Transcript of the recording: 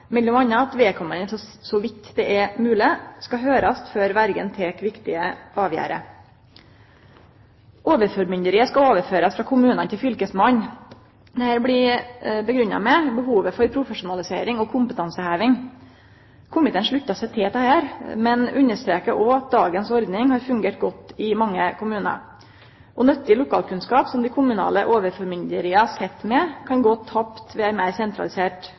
at vedkomande, så vidt det er mogleg, skal høyrast før verja tek viktige avgjerder. Overformynderiet skal overførast frå kommunane til fylkesmannen. Dette blir grunngjeve med behovet for profesjonalisering og kompetanseheving. Komiteen sluttar seg til dette, men understrekar òg at dagens ordning har fungert godt i mange kommunar. Nyttig lokalkunnskap som dei kommunale overformynderia sit med, kan gå tapt ved ei meir sentralisert